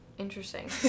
Interesting